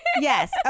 yes